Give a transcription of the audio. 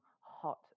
hot